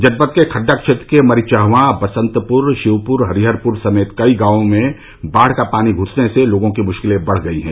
जनपद के खड़्डा क्षेत्र के मरिचहवा बसंतपुर शिवपुर हरिहरपुर समेत कई गांवों में बाढ़ का पानी घुसने से लोगों की मुश्किलें बढ़ गयी हैं